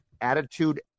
attitude